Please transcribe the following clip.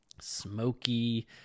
smoky